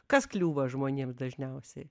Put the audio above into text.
kas kliūva žmonėm dažniausiai